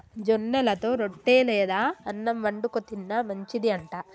జొన్నలతో రొట్టె లేదా అన్నం వండుకు తిన్న మంచిది అంట